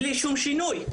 בלי שום שינוי.